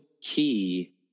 key